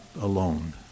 alone